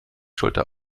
schulter